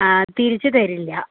ആ തിരിച്ചു തരില്ല